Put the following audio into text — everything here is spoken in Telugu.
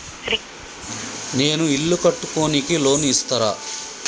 నేను ఇల్లు కట్టుకోనికి లోన్ ఇస్తరా?